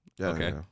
Okay